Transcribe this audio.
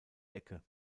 ecke